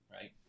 right